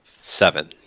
Seven